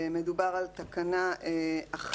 מדובר על תקנה 1,